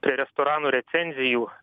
prie restoranų recenzijų